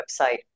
website